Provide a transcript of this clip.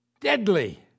deadly